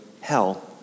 hell